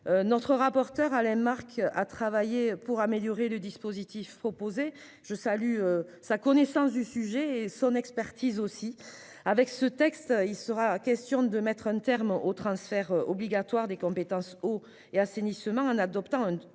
Notre rapporteur Alain Marc a travaillé pour améliorer le dispositif proposé. Je salue sa connaissance du sujet et son expertise. Ce texte prévoit de mettre un terme au transfert obligatoire des compétences eau et assainissement en introduisant